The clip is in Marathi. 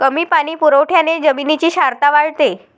कमी पाणी पुरवठ्याने जमिनीची क्षारता वाढते